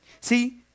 See